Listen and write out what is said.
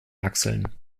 achseln